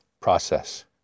process